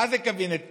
מה זה קבינט פיוס?